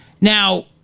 Now